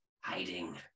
hiding